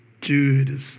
Judas